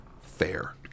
fair